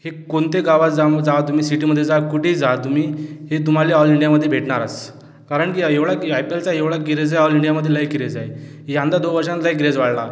हे कोणत्याही गावात जावा जावा तुम्ही सिटीमध्ये जा कुठेही जा तुम्ही हे तुम्हाला ऑल इंडियामध्ये भेटणारच कारण की एवढा की आय पी एलचा एवढा क्रेझ आहे ऑल इंडियामध्ये लय क्रेझ आहे यंदा दोन वर्षात लई क्रेझ वाढला